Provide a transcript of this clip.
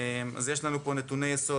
יש לנו פה נתוני יסוד,